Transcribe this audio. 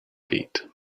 feet